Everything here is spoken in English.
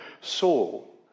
Saul